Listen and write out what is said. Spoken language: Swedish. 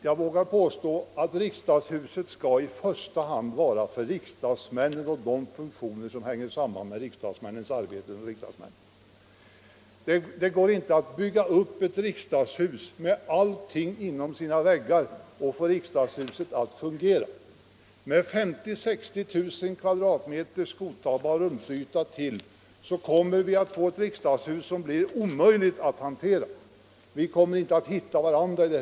Jag vågar påstå att riksdagshuset i första hand skall vara till för riksdagsmännen och de funktioner som hänger samman med deras arbete. Det går inte att bygga upp ett riksdagshus med allting inom sina väggar och få det huset att fungera. Med ytterligare 50 000-60 000 m? godtagbar rumsyta kommer vi att få ett riksdagshus som blir omöjligt att hantera. Vi kommer inte att hitta varandra.